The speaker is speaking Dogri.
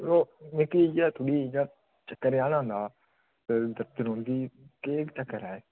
ओह् मिगी इ'यै थोह्ड़ी इ'यां चक्कर जान औंदा ते दर्द रौंह्दी ही केह् चक्कर ऐ एह्